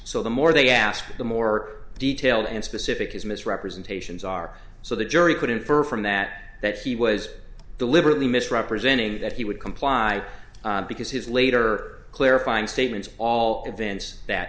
so the more they asked the more detailed and specific his misrepresentations are so the jury could infer from that that he was deliberately misrepresenting that he would comply because his later clarifying statements all events that